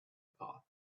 path